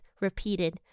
repeated